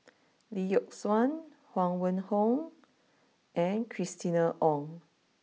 Lee Yock Suan Huang Wenhong and Christina Ong